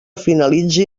finalitzi